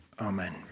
Amen